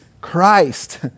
Christ